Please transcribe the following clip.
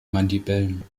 mandibeln